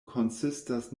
konsistas